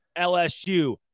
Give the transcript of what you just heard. LSU